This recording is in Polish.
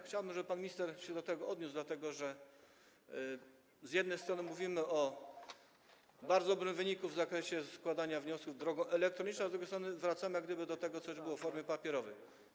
Chciałbym, żeby pan minister się tego odniósł, dlatego że z jednej strony mówimy o bardzo dobrym wyniku w zakresie składania wniosków drogą elektroniczną, a z drugiej strony wracamy jak gdyby do tego, co już było, do formy papierowej.